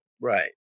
Right